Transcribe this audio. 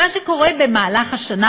מה שקורה במהלך השנה,